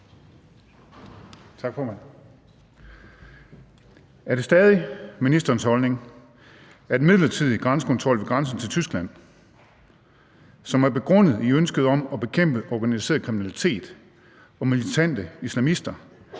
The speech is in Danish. Er det stadig ministerens holdning, at midlertidig grænsekontrol ved grænsen til Tyskland, som er begrundet i ønsket om at bekæmpe organiseret kriminalitet og militante islamister,